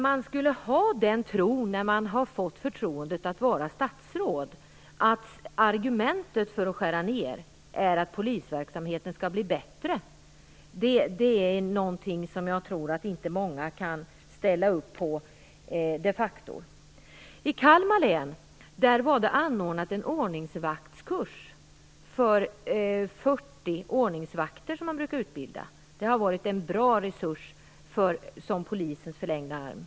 Argumentet - när man har fått förtroendet att vara statsråd - att nedskärningarna skall göra att polisverksamheten blir bättre är det de facto inte många som kan ställa upp på. I Kalmar län har man tidigare anordnat en utbildning för 40 ordningsvakter. Ordningsvakterna har varit en bra resurs som Polisens förlängda arm.